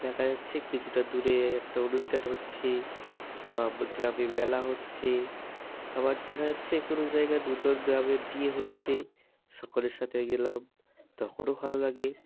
দেখা যাচ্ছে কিছুটা দূরে এএকটা অনুষ্ঠান হচ্ছে বা ব গ্রামে মেলা হচ্ছে আবার দেখা যাচ্ছে কোনও জায়গা নূতন গ্রামে বিয়ে হচ্ছে সকলের সাথে গেলাম তখনও ভালো লাগে